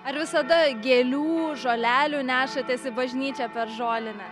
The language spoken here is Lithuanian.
ar visada gėlių žolelių nešatės į bažnyčią per žolinę